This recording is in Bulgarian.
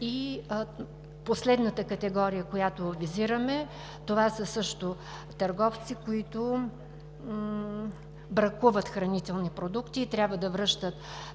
И последната категория, която визираме, също са търговци, които бракуват хранителни продукти и трябва да връщат